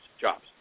jobs